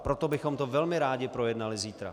Proto bychom to velmi rádi projednali zítra.